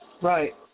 Right